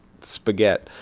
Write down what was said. spaghetti